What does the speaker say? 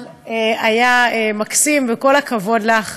אבל היה מקסים, וכל הכבוד לך.